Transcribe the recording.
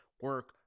Work